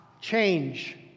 change